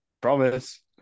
promise